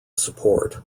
support